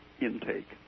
intake